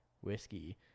Whiskey